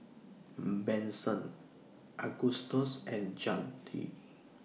Benson Agustus and Zadie